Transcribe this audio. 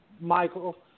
Michael